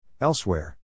Elsewhere